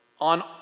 on